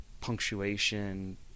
punctuation